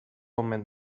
omen